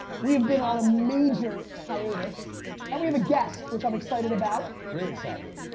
we've been on a major hiatus and we have a guest which i'm excited about. really excited.